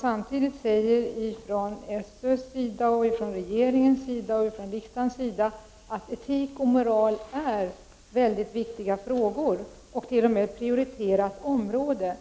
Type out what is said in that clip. Samtidigt säger man från SÖ:s sida, från regeringens sida och från riksdagens sida att etik och moral är mycket viktiga frågor, t.o.m. prioriterade områden.